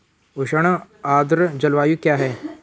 उष्ण आर्द्र जलवायु क्या है?